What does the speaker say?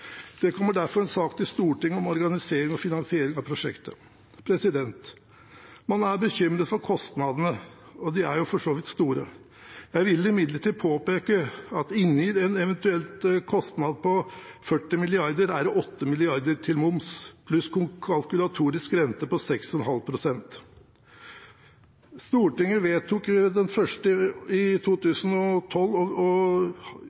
Det kommer derfor en sak til Stortinget om organisering og finansiering av prosjektet. Man er bekymret for kostnadene, og de er for så vidt store. Jeg vil imidlertid påpeke at det i en eventuell kostnad på 40 mrd. kr er 8 mrd. kr til moms, pluss en kalkulatorisk rente på 6,5 pst. Stortinget vedtok i 2012 å øke momsen på veiprosjektet fra 1. januar 2013. Dette i